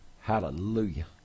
Hallelujah